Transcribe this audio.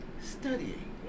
studying